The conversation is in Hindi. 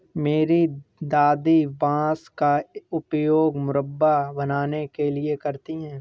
मेरी दादी बांस का उपयोग मुरब्बा बनाने के लिए करती हैं